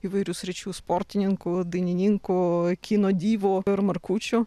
įvairių sričių sportininkų dainininkų kino dyvo ir markučių